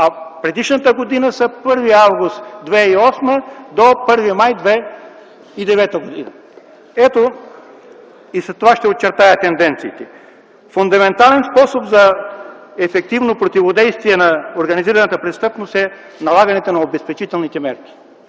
а предишната година са 1 август 2008 до 1 май 2009 г., и с това ще очертая тенденциите. Фундаментален способ за ефективно противодействие на организираната престъпност е налагането на обезпечителните мерки.